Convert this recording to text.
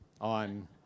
on